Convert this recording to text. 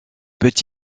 peut